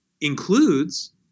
includes